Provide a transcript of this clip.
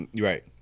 Right